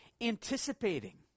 anticipating